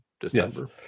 December